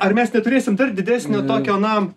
ar mes neturėsim dar didesnio tokio na